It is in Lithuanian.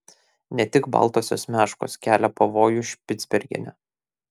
ne tik baltosios meškos kelia pavojų špicbergene